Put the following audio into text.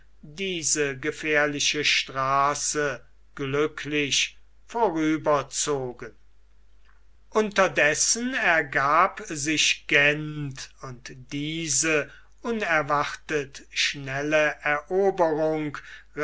diese gefährliche straße glücklich vorüberzogen strada unterdessen ergab sich gent und diese unerwartet schnelle eroberung